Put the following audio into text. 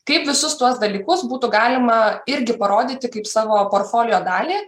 kaip visus tuos dalykus būtų galima irgi parodyti kaip savo porfolio dalį